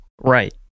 right